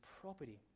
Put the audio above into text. property